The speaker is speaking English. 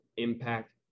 Impact